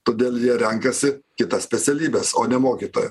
todėl jie renkasi kitas specialybes o ne mokytojo